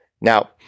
Now